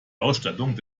ausstattung